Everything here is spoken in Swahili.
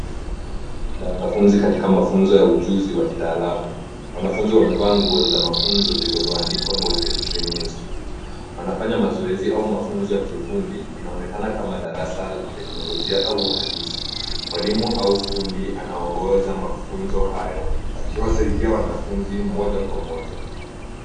Kuna kundi la wanafunzi katika mafunzo ya ujuzi wa kitaalamu wanafunzi wamevaa nguo za mafunzo zilizo andikwa [cs ] Blue tick training institute[cs ]. Wanafanya mazoezi au mafunzo ya kiufundi. Inaonekana kama darasa la kiteknolojia au uhandisi. Mwalimu au fundi anaonhoza mafunzo hayo akiwasaidia wanafunzi moja kwa moja.